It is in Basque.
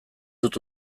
dut